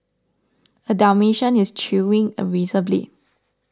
a dalmatian is chewing a razor blade